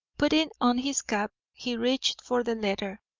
putting on his cap, he reached for the letter.